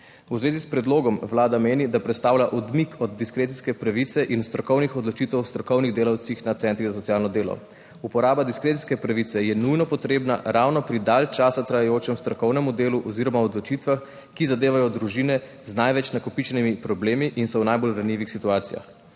V zvezi s predlogom Vlada meni, da predstavlja odmik od diskrecijske pravice in strokovnih odločitev o strokovnih delavcih na centrih za socialno delo. Uporaba diskrecijske pravice je nujno potrebna ravno pri dalj časa trajajočem strokovnem delu oziroma odločitvah, ki zadevajo družine z največ nakopičenimi problemi in so v najbolj ranljivih situacijah.